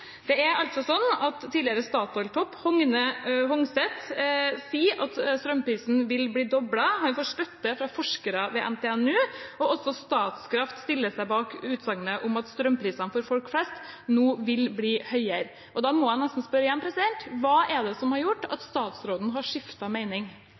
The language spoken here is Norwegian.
Det er altså sånn at tidligere Statoil-topp Hogne Hongset sier at strømprisen vil bli doblet, han får støtte fra forskere ved NTNU, og også Statkraft stiller seg bak utsagnet om at strømprisene for folk flest nå vil bli høyere. Da må jeg neste spørre igjen: Hva er det som har gjort